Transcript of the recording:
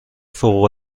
فوق